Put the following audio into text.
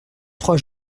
trois